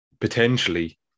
potentially